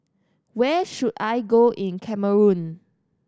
where should I go in Cameroon